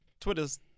Twitter's